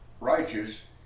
righteous